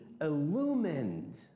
illumined